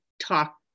talk